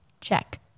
Check